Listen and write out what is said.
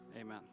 Amen